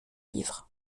livre